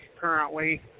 currently